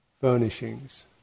furnishings